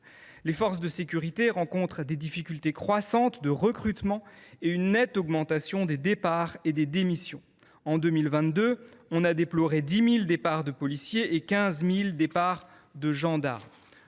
». Ces dernières rencontrent des difficultés croissantes de recrutement et une nette augmentation des départs et des démissions. En 2022, on a déploré 10 000 départs de policiers et 15 000 départs de gendarmes.